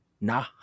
Nah